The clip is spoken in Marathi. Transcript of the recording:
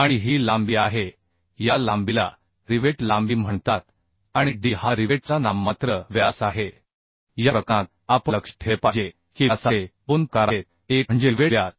आणि ही लांबी आहे या लांबीला रिवेट लांबी म्हणतात आणि d हा रिवेटचा नाममात्र व्यास आहे या प्रकरणात आपण लक्षात ठेवले पाहिजे की व्यासाचे दोन प्रकार आहेत एक म्हणजे रिवेट व्यास